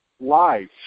life